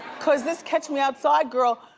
cause this catch me outside girl,